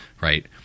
Right